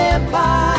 Empire